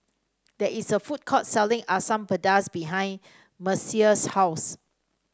there is a food court selling Asam Pedas behind Mercer's house